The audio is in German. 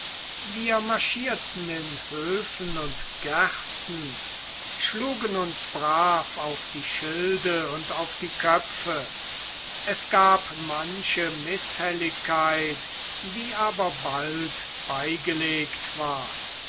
wir marschierten in höfen und gärten schlugen uns brav auf die schilde und auf die köpfe es gab manche mißhelligkeit die aber bald beigelegt war